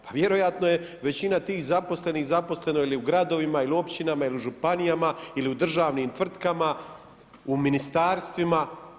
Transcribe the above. Pa vjerojatno je većina tih zaposlenih zaposleno ili u gradovima ili u općinama ili u županijama ili u državnim tvrtkama, u ministarstvima.